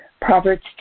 Proverbs